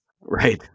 Right